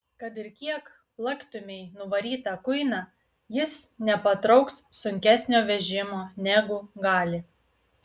kad ir kiek plaktumei nuvarytą kuiną jis nepatrauks sunkesnio vežimo negu gali